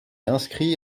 inscrits